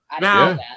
Now